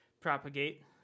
propagate